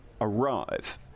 arrive